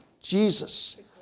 Jesus